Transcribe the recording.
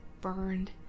burned